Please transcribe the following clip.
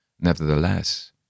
Nevertheless